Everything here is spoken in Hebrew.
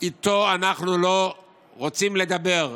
איתו אנחנו לא רוצים לדבר.